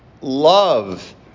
love